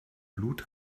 blut